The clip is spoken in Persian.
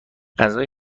غذای